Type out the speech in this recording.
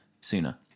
sooner